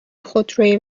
خودروی